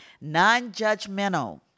Non-judgmental